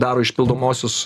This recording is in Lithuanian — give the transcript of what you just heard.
daro išpildomuosius